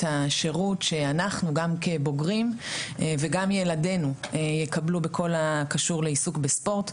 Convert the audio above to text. השירות שאנחנו גם כבוגרים וגם ילדינו יקבלו בכל הקשור לעיסוק בספורט.